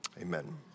amen